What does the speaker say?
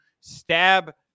stab